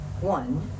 One